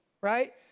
right